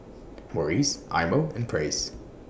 Morries Eye Mo and Praise